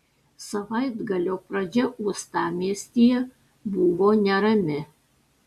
savaitgalio pradžia uostamiestyje buvo nerami